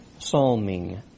psalming